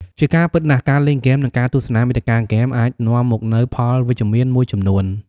ជាការពិតណាស់ ការលេងហ្គេម និងការទស្សនាមាតិកាហ្គេមអាចនាំមកនូវ ផលវិជ្ជមាន មួយចំនួន។